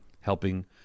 helping